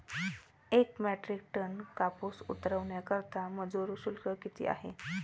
एक metric tonne कापूस उतरवण्याकरता मजूर शुल्क किती आहे?